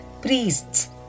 priests